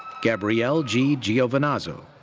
gabrielle g. giovinazzo.